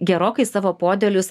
gerokai savo podėlius